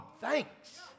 thanks